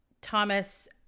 Thomas